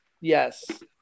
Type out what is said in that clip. yes